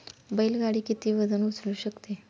बैल गाडी किती वजन उचलू शकते?